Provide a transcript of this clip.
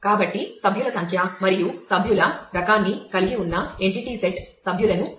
కాబట్టి సభ్యుల సంఖ్య మరియు సభ్యుల రకాన్ని కలిగి ఉన్న ఎంటిటీ సెట్ సభ్యులను సృష్టించండి